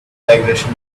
digression